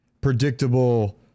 predictable